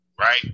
right